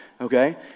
Okay